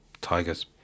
tigers